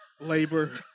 labor